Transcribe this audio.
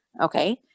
okay